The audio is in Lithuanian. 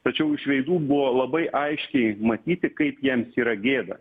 tačiau iš veidų buvo labai aiškiai matyti kaip jiems yra gėda